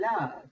love